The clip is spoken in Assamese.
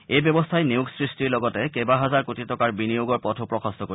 এই ব্যৱস্থাই নিয়োগ সৃষ্টিৰ লগতে কেইবাহাজাৰ কোটি টকাৰ বিনিয়োগৰ পথো প্ৰশস্ত কৰিব